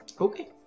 Okay